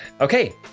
Okay